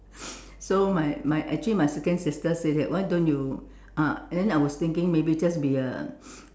so my my actually my second sister say that why don't you uh and then I was thinking maybe just be a